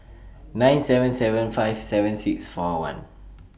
nine seven seven five seven six four one